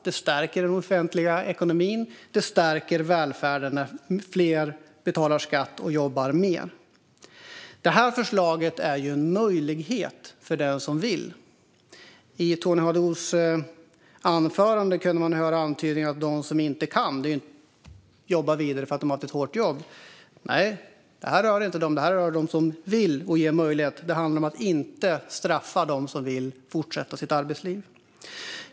Det stärker den offentliga ekonomin, och det stärker välfärden när fler betalar skatt och jobbar mer. Det här förslaget innebär ju en möjlighet för den som vill arbeta. I Tony Haddous anförande kunde man höra antydningar om dem som inte kan jobba vidare för att de har haft ett hårt jobb. Detta rör inte dem, utan detta rör dem som vill. Det handlar om att inte straffa dem som vill fortsätta sitt arbetsliv utan ge dem möjlighet att göra det.